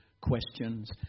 questions